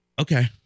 Okay